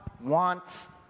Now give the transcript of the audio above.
wants